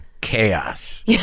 Chaos